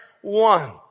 one